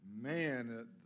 Man